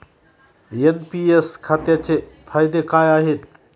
NPS खात्याचे फायदे काय आहेत?